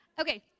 Okay